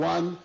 One